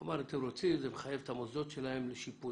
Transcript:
אמר, אתם רוצים, זה מחייב את המוסדות שלהם לשיפוי.